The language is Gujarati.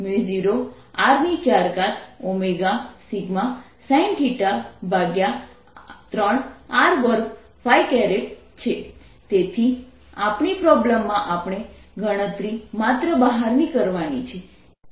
A 0Rωσrsinθ3 r ≤ R 0R4ωσsinθ3r2 r ≥ R તેથી આપણી પ્રોબ્લેમ માં આપણે ગણતરી માત્ર બહારની કરવાની છે